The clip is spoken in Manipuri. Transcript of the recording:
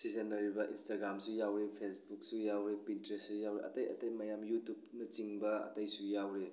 ꯁꯤꯖꯤꯟꯅꯔꯤꯕ ꯏꯟꯁꯇꯒ꯭ꯔꯥꯝꯁꯨ ꯌꯥꯎꯋꯤ ꯐꯦꯁꯕꯨꯛꯁꯨ ꯌꯥꯎꯋꯤ ꯄꯤꯟꯇ꯭ꯔꯦꯁꯁꯨ ꯌꯥꯎꯋꯤ ꯑꯇꯩ ꯑꯇꯩ ꯃꯌꯥꯝ ꯌꯨꯇꯨꯞꯕꯅꯆꯤꯡꯕ ꯑꯇꯩꯁꯨ ꯌꯥꯎꯋꯤ